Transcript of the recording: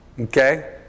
okay